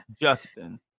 justin